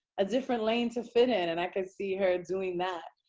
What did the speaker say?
a different lane to fit in. and i could see her doing that,